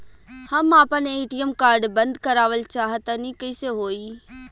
हम आपन ATM card बंद करावल चाह तनि कइसे होई?